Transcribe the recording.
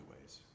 ways